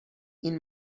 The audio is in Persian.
این